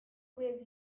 with